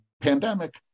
pandemic